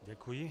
Děkuji.